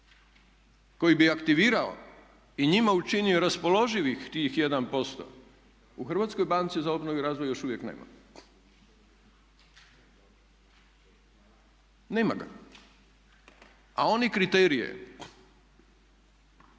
koji bi aktivirao i njima učinio raspoloživih tih 1% u Hrvatskoj banci za obnovu i razvoj još uvijek nema ga, a oni kriterije